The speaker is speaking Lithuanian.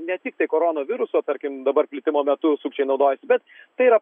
ne tiktai korona viruso tarkim dabar plitimo metu sukčiai naudojasi bet tai yra